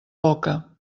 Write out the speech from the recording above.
boca